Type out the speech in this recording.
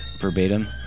verbatim